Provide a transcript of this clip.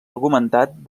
argumentat